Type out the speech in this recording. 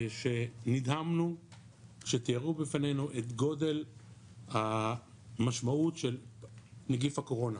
ונדהמנו כשתיארו בפנינו את גודל המשמעות של נגיף הקורונה